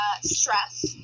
stress